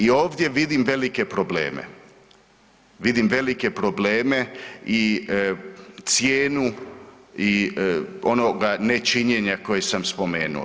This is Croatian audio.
I ovdje vidim velike probleme, vidim velike probleme i cijenu i onoga nečinjenja koje sam spomenuo.